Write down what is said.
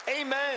Amen